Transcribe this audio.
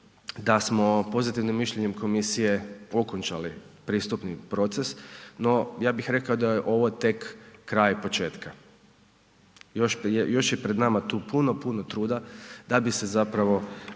da smo pozitivnim mišljenjem komisije okončali pristupni proces, no ja bih rekao da je ovo tek kraj početka. Još, još je pred nama tu puno, puno truda da bi se zapravo